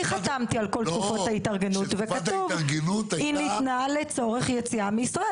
אני חתמתי על כל תקופות ההתארגנות וכתוב שהיא ניתנה לצורך יציאה מישראל.